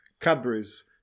Cadbury's